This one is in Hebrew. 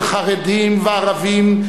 של חרדים וערבים,